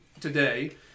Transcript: today